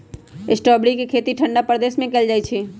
strawberry के खेती ठंडा प्रदेश में कएल जाइ छइ